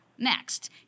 Next